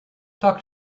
talk